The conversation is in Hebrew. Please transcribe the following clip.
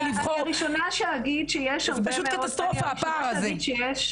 זה פשוט קטסטרופה, הפער הזה.